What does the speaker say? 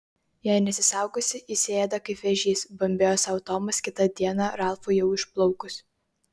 jei nesisaugosi įsiėda kaip vėžys bambėjo sau tomas kitą dieną ralfui jau išplaukus